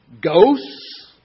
ghosts